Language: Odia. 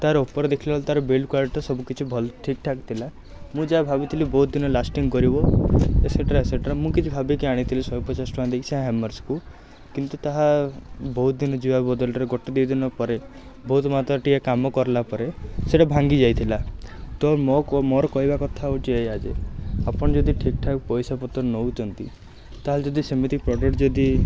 ତା'ର ଉପର ଦେଖିଲାବେଳକୁ ତାର ବିଲ୍ଟ କ୍ୱାଲିଟି ତ ସବୁକିଛି ଭଲ ଠିକ୍ଠାକ୍ ଥିଲା ମୁଁ ଯାହା ଭାବିଥିଲି ବହୁତ ଦିନ ଲାଷ୍ଟିଙ୍ଗ୍ କରିବ ଏକ୍ସେଟ୍ରା ଏକ୍ସେଟ୍ରା ମୁଁ କିଛି ଭାବିକି ଆଣିଥିଲି ଶହେପଚାଶଟଙ୍କା ଦେଇକି ସେ ହାମର୍ସକୁ କିନ୍ତୁ ତାହା ବହୁତ ଦିନ ଯିବା ବଦଳରେ ଗୋଟେ ଦୁଇଦିନ ପରେ ବହୁତ ମାତ୍ରାରେ ଟିକିଏ କାମ କରିଲାପରେ ସେଇଟା ଭାଙ୍ଗି ଯାଇଥିଲା ତ ମୋ କ ମୋର କହିବା କଥା ହେଉଛି ଏଇଆ ଯେ ଆପଣ ଯଦି ଠିକ୍ଠାକ୍ ପଇସା ପତର ନେଉଛନ୍ତି ତାହେଲେ ଯଦି ସେମିତି ପ୍ରଡ଼କ୍ଟ ଯଦି